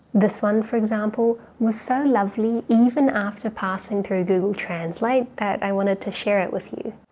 this one for example was so lovely even after passing through google translate that i wanted to share it with you.